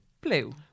Blue